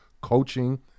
coaching